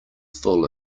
full